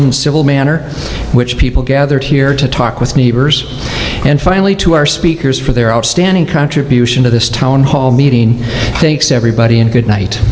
civil manner in which people gather here to talk with neighbors and finally to our speakers for their outstanding contribution to this town hall meeting thanks everybody and good night